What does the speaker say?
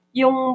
yung